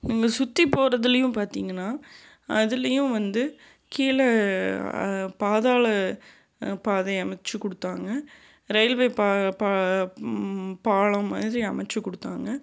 இங்கே சுற்றி போகிறதுலையும் பார்த்திங்கன்னா அதுலேயும் வந்து கீழே பாதாளம் பாதை அமைச்சு கொடுத்தாங்க ரயில்வே பா பா பாலம் மாதிரி அமைச்சு கொடுத்தாங்க